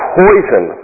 poison